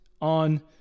on